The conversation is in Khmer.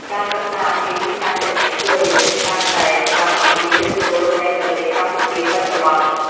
ការសិក្សាអំពីទីតាំងទាំងនេះ ជួយឱ្យយើងយល់កាន់តែច្បាស់អំពីឫសគល់នៃប្រទេសកម្ពុជាបច្ចុប្បន្ន។